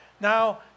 Now